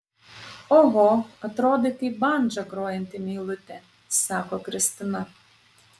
oho atrodai kaip bandža grojanti meilutė sako kristina